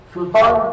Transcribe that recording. Sultan